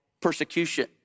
persecution